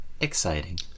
Exciting